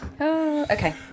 okay